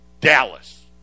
Dallas